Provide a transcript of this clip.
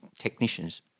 technicians